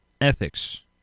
ethics